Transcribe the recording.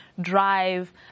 drive